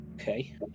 Okay